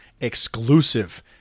Exclusive